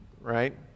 right